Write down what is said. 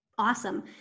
Awesome